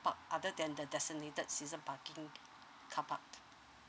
other than the designated season parking carpark